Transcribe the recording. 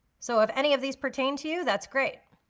so if any of these pertain to you, that's great.